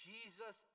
Jesus